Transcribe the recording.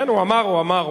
כן, הוא אמר, הוא אמר.